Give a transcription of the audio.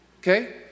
okay